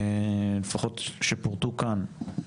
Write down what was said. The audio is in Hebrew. לפחות שפורטו כאן,